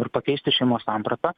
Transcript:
ir pakeisti šeimos sampratą